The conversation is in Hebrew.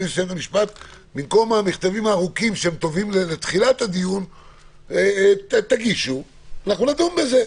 במקום המכתבים הארוכים שהם טובים לתחילת הדיון תגישו ונדון בזה.